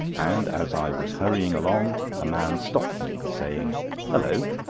and as i was hurrying along a man stopped me, saying hulloh!